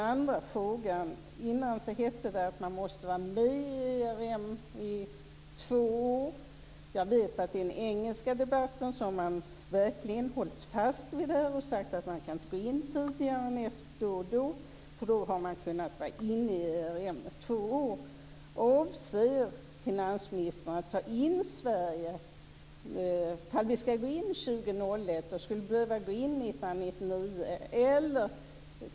Tidigare hette det att man måste vara med i ERM i två år. Jag vet att man i den engelska debatten verkligen har hållit fast vid detta och sagt att man inte kan gå in i EMU tidigare än vid en viss tidpunkt, därför att man då har varit inne i ERM i två år. Avser finansministern att ta in Sverige i ERM 1999 för att vi skall kunna gå in i EMU 2001?